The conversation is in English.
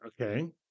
Okay